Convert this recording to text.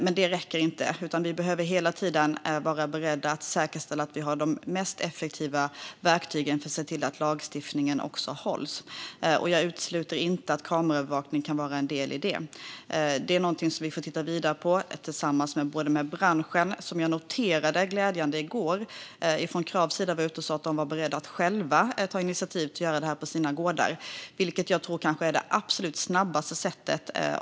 Men det räcker inte, utan vi behöver hela tiden vara beredda att säkerställa att vi har de effektivaste verktygen för att se till att lagstiftningen följs. Jag utesluter inte att kameraövervakning kan vara en del i det. Det är någonting som vi får titta vidare på tillsammans med branschen. Jag noterade i går med glädje att Krav uttalade att de var beredda att själva ta initiativ till att göra det här på sina gårdar, vilket jag tror kan vara det absolut snabbaste sättet.